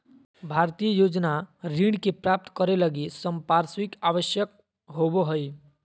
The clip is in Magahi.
भारतीय योजना ऋण के प्राप्तं करे लगी संपार्श्विक आवश्यक होबो हइ